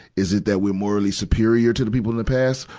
is it that we're morally superior to the people in the past,